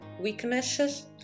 weaknesses